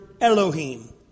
Elohim